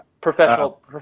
Professional